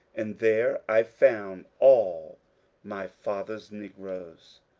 and there i found all my father's negroes.